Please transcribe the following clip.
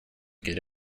get